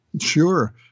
sure